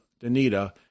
Danita